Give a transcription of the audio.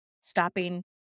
stopping